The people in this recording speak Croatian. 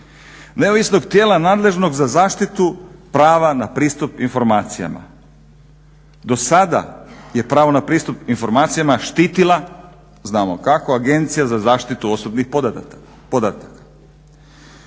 neovisnog tijela nadležnog za zaštitu prava na pristup informacijama. Do sada je pravo na pristup informacijama štitila znamo kako Agencija za zaštitu osobnih podataka.